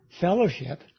fellowship